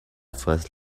first